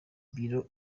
bureau